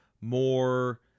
more